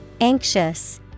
Anxious